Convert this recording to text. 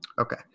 Okay